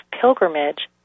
pilgrimage